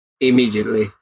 immediately